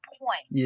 point